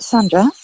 Sandra